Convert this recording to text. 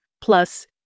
plus